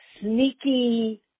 sneaky